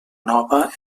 nova